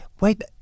Wait